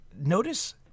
Notice